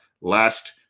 last